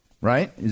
Right